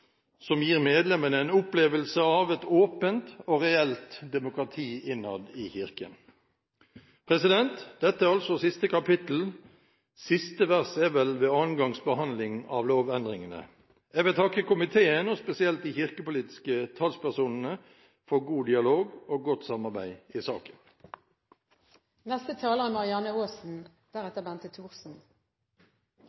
som gir medlemmene en opplevelse av et åpent og reelt demokrati innad i Kirken. Dette er altså siste kapittel. Siste vers er vel ved annen gangs behandling av lovendringene. Jeg vil takke komiteen, og spesielt de kirkepolitiske talspersonene, for god dialog og godt samarbeid i saken. En ny etappe i historien om kirkeforliket er